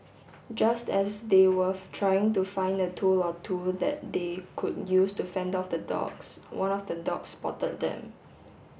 just as they were trying to find a tool or two that they could use to fend off the dogs one of the dogs spotted them